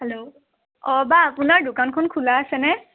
hello অ' বা আপোনাৰ দোকানখন খোলা আছেনে